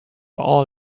all